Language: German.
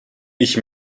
ich